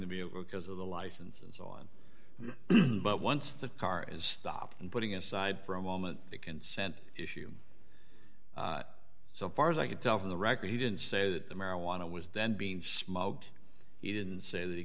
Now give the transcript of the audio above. to be over because of the license and so on but once the car is stopped and putting aside for a moment the consent issue so far as i could tell from the record he didn't say that the marijuana was then being smoked he didn't say that